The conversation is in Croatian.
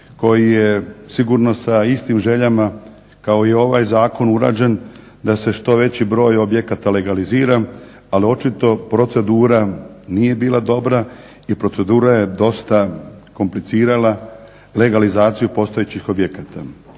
koji je sigurno sa istim željama kao i ovaj zakon urađen da se što veći broj objekata legalizira, ali očito procedura nije bila dobra i procedura je dosta komplicirala legalizaciju postojećih objekata.